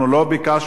אנחנו לא ביקשנו,